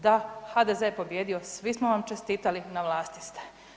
Da, HDZ je pobijedio, svi smo vam čestitali, na vlasti ste.